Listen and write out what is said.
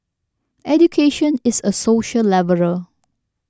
education is a social leveller